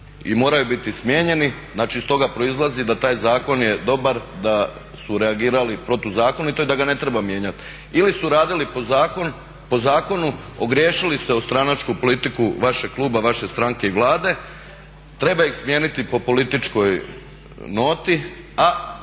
i moraju biti smijenjeni, znači iz toga proizlazi da taj zakon je dobar, da su reagirali protuzakonito i da ga ne treba mijenjati, ili su radili po zakonu, ogriješili se o stranačku politiku vašeg kluba, vaše stranke i Vlade i treba ih smijeniti po političkoj noti, a